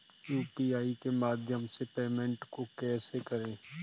UPI के माध्यम से पेमेंट को कैसे करें?